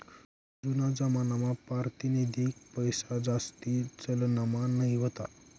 जूना जमानामा पारतिनिधिक पैसाजास्ती चलनमा नयी व्हता